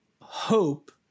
hope